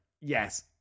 yes